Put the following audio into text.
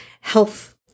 health